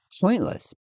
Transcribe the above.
pointless